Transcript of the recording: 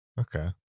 Okay